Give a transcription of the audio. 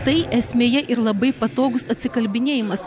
tai esmėje ir labai patogus atsikalbinėjimas